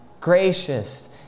gracious